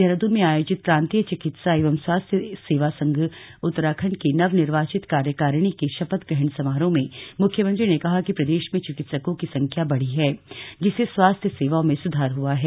देहरादून में आयोजित प्रांतीय चिकित्सा एवं स्वास्थ्य सेवा संघ उत्तराखण्ड की नवनिर्वाचित कार्यकारिणी के शपथ ग्रहण समारोह में मुख्यमंत्री ने कहा कि प्रदेश में चिकित्सकों की संख्या बढ़ी है जिससे स्वास्थ्य सेवाओं में सुधार हुआ है